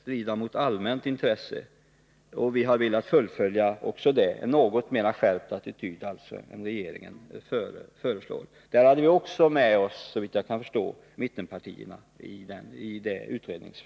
Vi har följt utredningsförslaget också där och vill alltså ha en något mera skärpt attityd än den regeringen föreslår. Såvitt jag kan förstå hade vi även på denna punkt med oss mittenpartierna i utredningen.